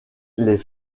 les